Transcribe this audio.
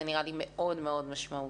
זה נראה לי מאוד מאוד משמעותי.